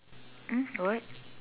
um what